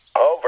Over